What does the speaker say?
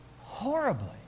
Horribly